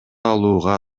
алууга